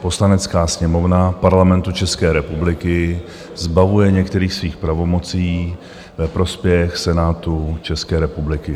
Poslanecká sněmovna Parlamentu České republiky zbavuje některých svých pravomocí ve prospěch Senátu České republiky.